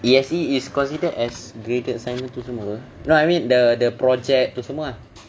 E_S_E is considered as graded assignment tu semua no I mean the the project tu semua